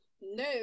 no